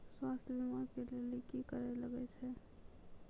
स्वास्थ्य बीमा के लेली की करे लागे छै?